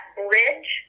bridge